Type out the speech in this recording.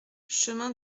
chemin